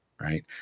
Right